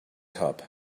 cup